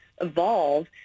evolve